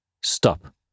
Stop